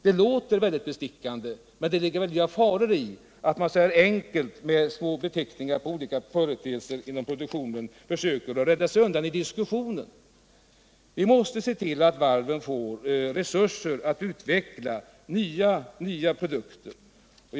Det låter mycket bestickande, men det ligger stora faror i att man så här enkelt, med små beteckningar på olika företeelser inom produktionen, försöker rädda sig undan i diskussionen. Vi måste se till att driva fram resurser för att utveckla nya produkter.